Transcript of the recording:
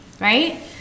Right